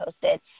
posted